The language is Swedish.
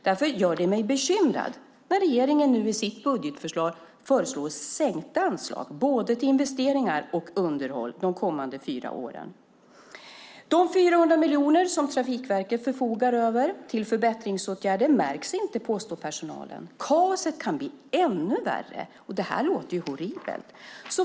Därför gör det mig bekymrad när regeringen i sitt budgetförslag nu föreslår sänkta anslag, både till investeringar och till underhåll, de kommande fyra åren. De 400 miljoner som Trafikverket förfogar över för förbättringsåtgärder märks inte, påstår personalen, och kaoset kan bli ännu värre. Det här låter horribelt.